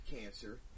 cancer